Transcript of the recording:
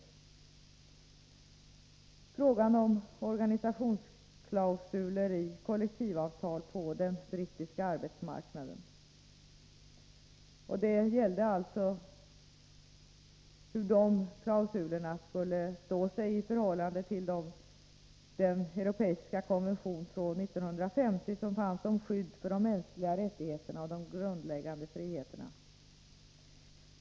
Det gällde förekomsten av organisationsklausuler i kollektivavtal på den brittiska arbetsmarknaden och frågan om hur dessa klausuler motsvarade innehållet i den europeiska konventionen från 1950 om skydd för de mänskliga rättigheterna och grundläggande friheterna.